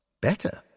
Better